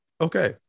Okay